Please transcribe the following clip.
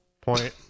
Point